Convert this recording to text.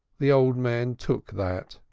the old man took that,